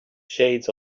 shades